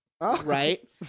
right